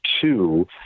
two